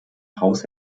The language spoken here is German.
haus